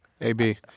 Ab